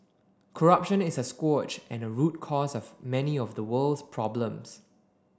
corruption is a scourge and a root cause of many of the world's problems